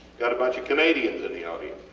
got a bunch of canadians in the audience,